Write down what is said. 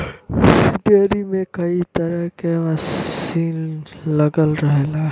dairy में कई तरे क मसीन लगल रहला